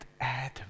add